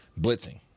blitzing